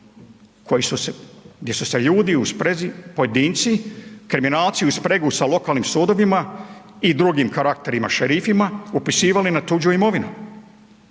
gdje su se ljude pojedinci, kriminalci uz spregu sa lokalnim sudovima i drugim karakterima šerifima upisivali na tuđu imovinu.